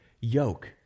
yoke